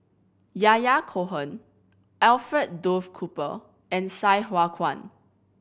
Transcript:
Yahya Cohen Alfred Duff Cooper and Sai Hua Kuan